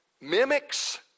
mimics